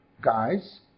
guys